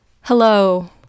Hello